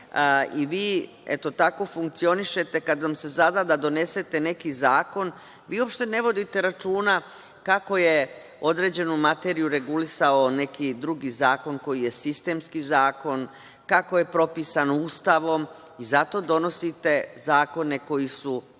izvršitelja. Tako funkcionišete kad vam se zada da donesete neki zakon vi uopšte ne vodite računa kako je određenu materiju regulisao neki drugi zakon koji je sistemski zakon, kako je propisano Ustavom i zato donosite zakone koji su